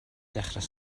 dechrau